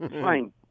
Fine